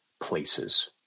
places